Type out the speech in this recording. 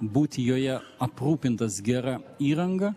būti joje aprūpintas gera įranga